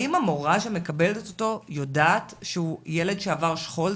האם המורה שמקבלת אותו יודעת שהוא ילד שעבר שכול,